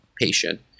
patient